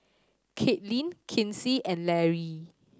Katlyn Kinsey and Larry